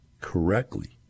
correctly